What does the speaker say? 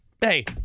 hey